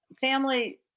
family